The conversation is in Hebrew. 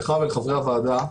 לך ולחברי הוועדה,